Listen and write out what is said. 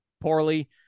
poorly